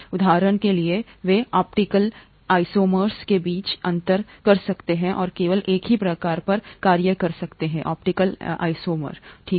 उदाहरण के लिए वे ऑप्टिकल आइसोमर्स के बीच अंतर कर सकते हैं और केवल एक ही प्रकार पर कार्य कर सकते हैं ऑप्टिकल आइसोमर ठीक है